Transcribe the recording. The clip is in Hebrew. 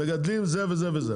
מגדלים זה וזה וזה,